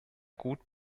gut